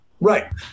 Right